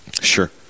sure